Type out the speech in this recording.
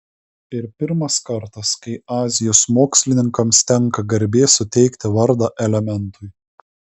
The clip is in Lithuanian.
ir pirmas kartas kai azijos mokslininkams tenka garbė suteikti vardą elementui